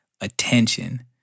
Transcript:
attention